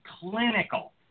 clinical